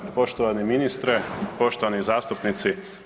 Evo poštovani ministre, poštovani zastupnici.